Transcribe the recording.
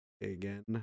again